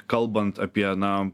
kalbant apie na